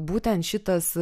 būtent šitas